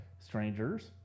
Strangers